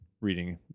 reading